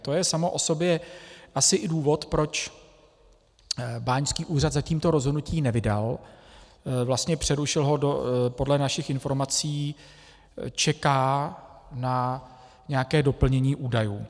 To je samo o sobě asi i důvod, proč báňský úřad zatím to rozhodnutí nevydal, vlastně ho přerušil a podle našich informací čeká na nějaké doplnění údajů.